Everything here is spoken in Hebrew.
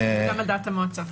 וגם על דעת המועצה.